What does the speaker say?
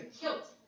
kilt